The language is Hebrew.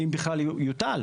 אם בכלל יוטל.